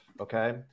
Okay